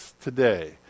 today